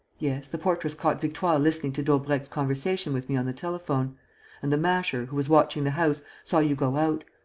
yes, the portress caught victoire listening to daubrecq's conversation with me on the telephone and the masher, who was watching the house, saw you go out.